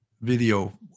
video